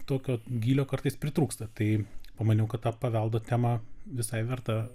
tokio gylio kartais pritrūksta tai pamaniau kad tą paveldo temą visai verta